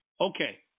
Okay